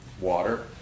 water